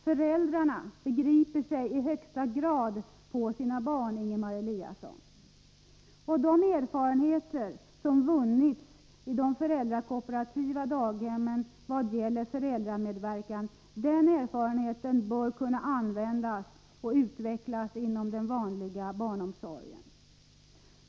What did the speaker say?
Föräldrarna begriper sig i högsta grad på sina barn, Ingemar Eliasson. De erfarenheter som vunnits i de föräldrakooperativa daghemmen i vad gäller föräldramedverkan bör kunna användas och utvecklas inom den vanliga barnomsorgen.